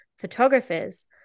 photographers